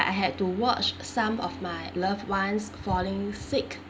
I had to watch some of my loved ones falling sick